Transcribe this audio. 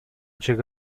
чек